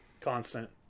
Constant